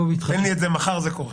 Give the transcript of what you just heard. תן לי את זה, מחר זה קורה.